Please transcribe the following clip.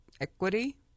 equity